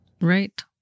Right